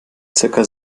zirka